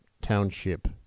township